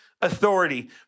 authority